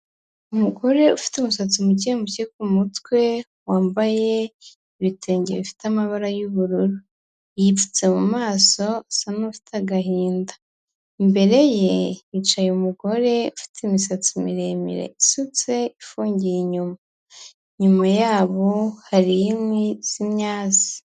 Umugore ufite umusatsi muke muke ku mutwe, wambaye ibitenge bifite amabara y'ubururu. Yipfutse mu maso, asa n'ufite agahinda. Imbere ye, hicaye umugore ufite imisatsi miremire, isutse, ifungiye inyuma. Inyuma yabo, hari inkwi z'imyase.